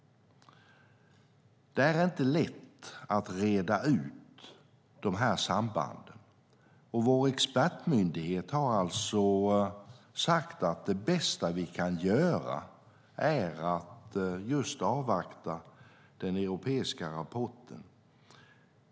Det är inte lätt att reda ut de här sambanden. Vår expertmyndighet har alltså sagt att det bästa vi kan göra är att just avvakta den europeiska rapporten.